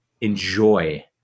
enjoy